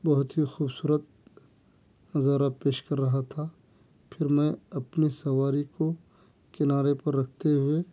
بہت ہی خوبصورت نظارہ پیش کر رہا تھا پھر میں اپنی سواری کو کنارے پر رکھتے ہوئے